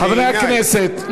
חברי הכנסת,